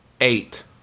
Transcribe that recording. Eight